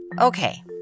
Okay